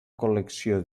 col·lecció